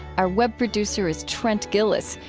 our web producer is trent gilliss,